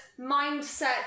mindset